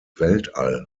weltall